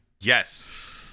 Yes